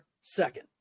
second